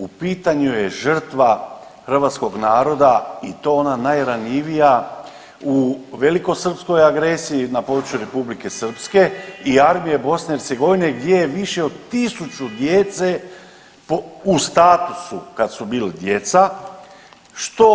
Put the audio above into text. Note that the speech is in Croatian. U pitanju je žrtva hrvatskog naroda i to ona najranjivija u velikosrpskoj agresiji na području R. Srpske i Armije BiH gdje je više od 1000 djece po, u statusu, kad su bili djeca, što